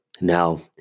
Now